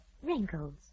wrinkles